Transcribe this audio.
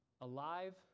Alive